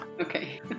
Okay